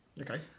Okay